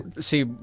see